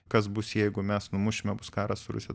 kas bus jeigu mes numušime bus karas su rusi